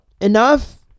enough